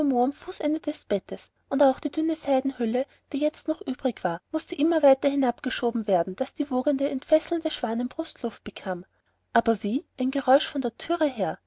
am fußende des bettes und auch die dünne seidenhülle die jetzt noch übrig war mußte immer weiter hinabgeschoben werden daß die wogende entfesselte schwanenbrust luft bekam aber wie ein geräusch von der türe her